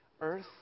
earth